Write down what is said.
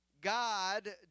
God